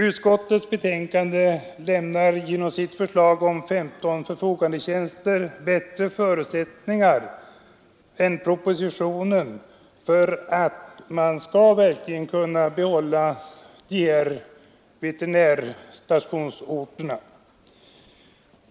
Utskottets betänkande lämnar genom sitt förslag om 25 förfogandetjänster bättre förutsättningar än propositionen för att man verkligen skall kunna behålla de här veterinärstationsorterna.